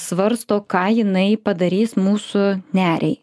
svarsto ką jinai padarys mūsų neriai